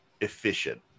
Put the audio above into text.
Efficient